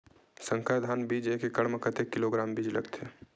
संकर धान बीज एक एकड़ म कतेक किलोग्राम बीज लगथे?